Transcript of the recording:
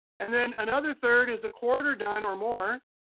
and then another third is a quarter done or more.